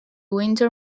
winter